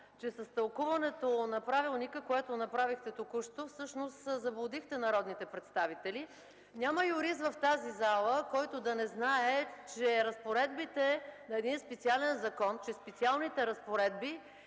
че с тълкуването на правилника, което направихте току-що, всъщност заблудихте народните представители. Няма юрист в тази зала, който да не знае, че разпоредбите на един специален закон – че специалните разпоредби,